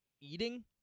eating